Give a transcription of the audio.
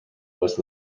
was